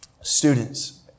Students